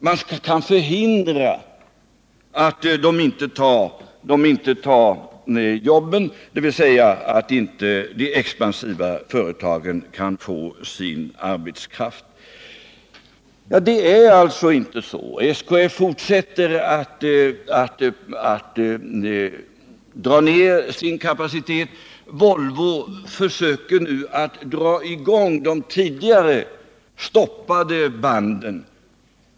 Man skall inte förhindra att de expansiva företagen kan få sin arbetskraft. Det är inte så. SKF fortsätter att dra ned sin kapacitet. Volvo försöker nu att sätta i gång de tidigare stoppade banden.